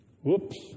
Whoops